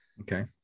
Okay